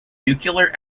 nuclear